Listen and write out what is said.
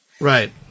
Right